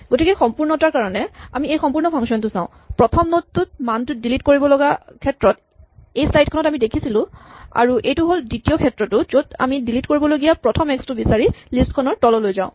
গতিকে সম্পূৰ্ণতাৰ কাৰণে আমি এই সম্পূৰ্ণ ফাংচন টো চাওঁ প্ৰথম নড টোত মানটো ডিলিট কৰিব লগা ক্ষেত্ৰত এই শ্লাইড খন আমি দেখিছিলোঁ আৰু এইটো হ'ল দ্বিতীয় ক্ষেত্ৰটো য'ত আমি ডিলিট কৰিবলগীয়া প্ৰথম এক্স টো বিচাৰি লিষ্ট খনৰ তললৈ যাওঁ